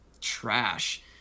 trash